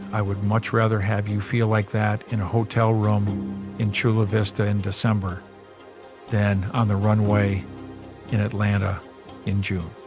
i would much rather have you feel like that in a hotel room in chula vista in december than on the runway in atlanta in june.